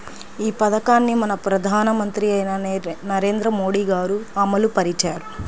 ఈ పథకాన్ని మన ప్రధానమంత్రి అయిన నరేంద్ర మోదీ గారు అమలు పరిచారు